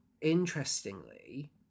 interestingly